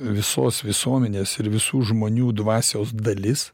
visos visuomenės ir visų žmonių dvasios dalis